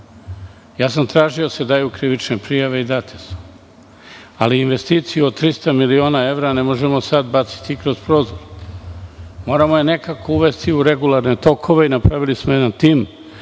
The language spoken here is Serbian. sam da se daju krivične prijave i date su, ali investiciju od 300 miliona evra ne možemo sada baciti kroz prozor. Moramo je nekako uvesti u regularne tokove. Napravili smo jedan tim